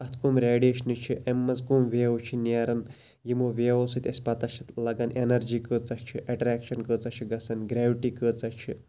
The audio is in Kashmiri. اتھ کِم ریٚڈِییشنہٕ چھِ امہِ مَنٛز کُم ویوٕ چھِ نیران یمو ویوَو سۭتۍ اَسہِ پَتاہ چھِ لَگان ایٚنَرجی کۭژاہ چھِ اَٹریٚکشَن کۭژاہ چھِ گَژھان گریوِٹی کٲژاہ چھِ